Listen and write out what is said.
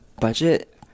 budget